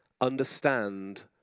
Understand